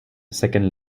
second